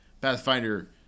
Pathfinder